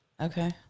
Okay